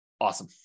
Awesome